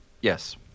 Yes